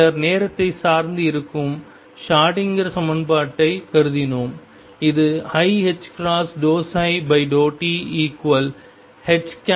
பின்னர் நேரத்தை சார்ந்து இருக்கும் ஷ்ரோடிங்கர் சமன்பாட்டைக் கருதினோம் இதுiℏ∂ψ∂tH